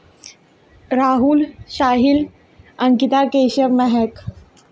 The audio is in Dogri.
राहुल शाहिल अंकिता केशव मैह्क